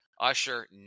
Usher